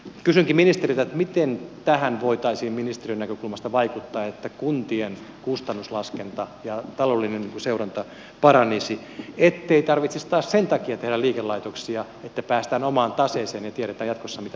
kysynkin ministeriltä miten tähän voitaisiin ministeriön näkökulmasta vaikuttaa että kuntien kustannuslaskenta ja taloudellinen seuranta paranisivat ettei tarvitsisi taas sen takia tehdä liikelaitoksia että päästään omaan taseeseen ja tiedetään jatkossa mitä tekeminen maksaa